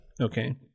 Okay